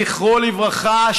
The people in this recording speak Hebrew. זכרו לברכה,